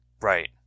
Right